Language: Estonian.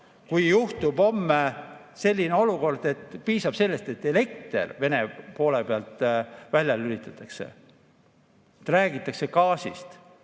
kui juhtub homme selline olukord? Piisab sellest, et elekter Vene poole pealt välja lülitatakse. Räägitakse gaasist